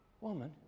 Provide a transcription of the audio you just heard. Woman